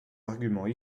arguments